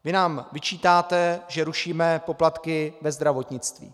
Vy nám vyčítáte, že rušíme poplatky ve zdravotnictví.